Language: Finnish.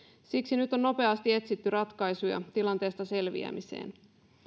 siksi nyt on nopeasti etsitty ratkaisuja tilanteesta selviämiseen